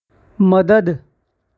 مدد